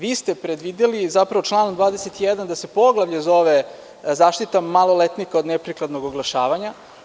Vi ste predvideli, zapravo član 21. je predvideo da se poglavlje zove: „Zaštita maloletnika od neprikladnog oglašavanja“